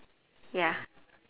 ya